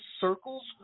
circles